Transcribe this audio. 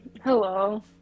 Hello